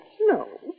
No